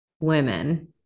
women